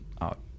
out